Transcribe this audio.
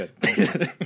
good